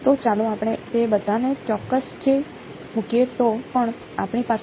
તો ચાલો આપણે તે બધાને એકસાથે મૂકીએ તો પછી આપણી પાસે શું છે